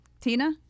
Tina